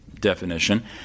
definition